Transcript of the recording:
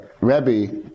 Rebbe